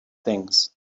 things